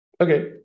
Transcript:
okay